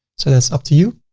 so that's up to you,